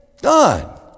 done